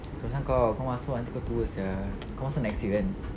aku rasa kau kau masuk nanti kau tua sia kau masuk next year kan